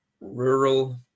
rural